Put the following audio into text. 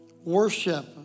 Worship